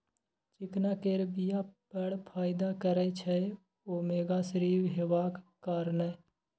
चिकना केर बीया बड़ फाइदा करय छै ओमेगा थ्री हेबाक कारणेँ